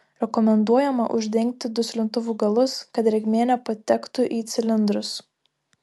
rekomenduojama uždengti duslintuvų galus kad drėgmė nepatektų į cilindrus